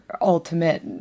ultimate